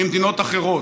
ממדינות אחרות.